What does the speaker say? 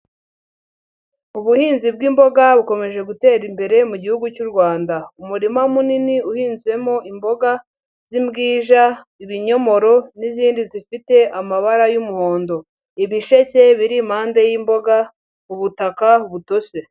Ubuhinzi bw'imboga bukomeje gutera imbere mu gihugu cy'u Rwanda, umurima munini uhinzemo imboga z'imbwija, ibinyomoro n'izindi zifite amabara y'umuhondo, ibisheke biri impande y'imboga, ubutaka butose.